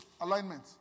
alignment